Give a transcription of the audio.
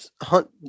hunt